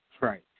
Right